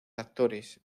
actores